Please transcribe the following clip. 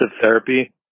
therapy